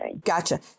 Gotcha